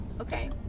Okay